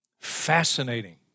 fascinating